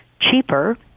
cheaper